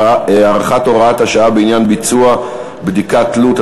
הארכת הוראת השעה בעניין ביצוע בדיקת תלות),